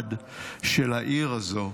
המיוחד של העיר הזו,